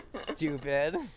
stupid